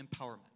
empowerment